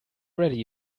ready